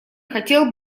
хотел